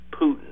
Putin